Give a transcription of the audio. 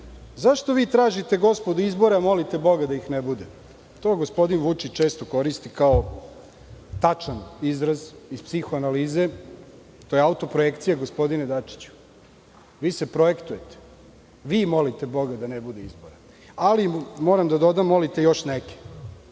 gospodo tražite izbore, a moli te boga da ih ne bude. To gospodin Vučić često koristi kao tačan izraz iz psihoanalize. To je autoprojekcija gospodine Dačiću. Vi se projektujete, vi molite boga da ne budu izbori, ali, moram da dodam, molite još neke